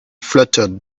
fluttered